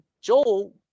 Joel